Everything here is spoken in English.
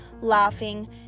laughing